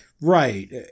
Right